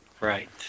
Right